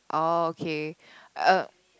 oh okay uh